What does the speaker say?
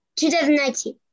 2019